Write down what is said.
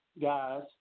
guys